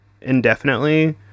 indefinitely